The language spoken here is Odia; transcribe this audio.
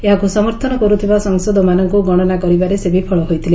ଏହାକୁ ସମର୍ଥନ କରୁଥିବା ସାଂସଦମାନଙ୍କୁ ଗଣନା କରିବାରେ ସେ ବିଫଳ ହୋଇଥିଲେ